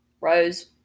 Rose